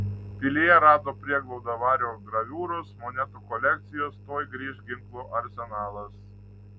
pilyje rado prieglaudą vario graviūros monetų kolekcijos tuoj grįš ginklų arsenalas